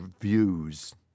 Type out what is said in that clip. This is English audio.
views